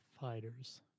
fighters